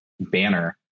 banner